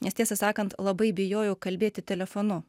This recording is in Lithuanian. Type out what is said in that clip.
nes tiesą sakant labai bijojau kalbėti telefonu